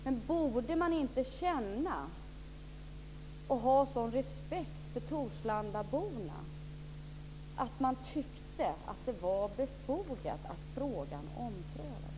Men borde man inte känna en sådan respekt för torslandaborna att man tycker att det är befogat att frågan omprövas?